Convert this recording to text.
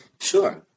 sure